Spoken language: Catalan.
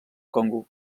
congo